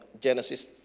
genesis